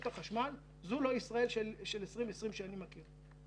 החשמל זאת לא ישראל של 2020 שאני מכיר.